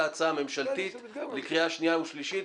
ההצעה הממשלתית לקריאה שנייה ושלישית,